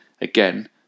again